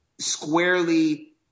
squarely